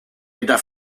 eta